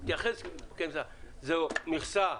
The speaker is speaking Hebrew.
זו מכסה סבירה?